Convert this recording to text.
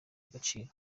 agaciro